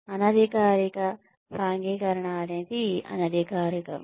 అనధికారిక సాంఘికీకరణ అనేది అనధికారికం